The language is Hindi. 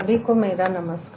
सभी को नमस्कार